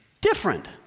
different